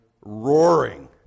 roaring